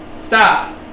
Stop